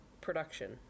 production